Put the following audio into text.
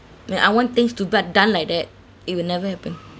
when I want things to be done like that it will never happen